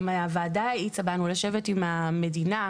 גם הוועדה האיצה בנו לשבת עם המדינה,